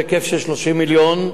בהיקף של 30 מיליון,